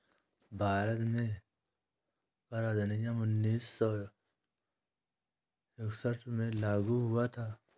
भारत में कर अधिनियम उन्नीस सौ इकसठ में लागू हुआ था